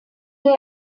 der